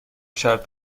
شرط